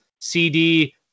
cd